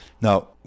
Now